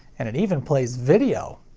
and it even plays video!